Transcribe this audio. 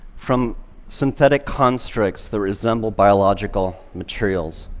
from synthetic constructs that resemble biological materials,